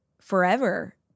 forever